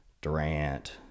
Durant